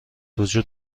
وجود